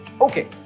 Okay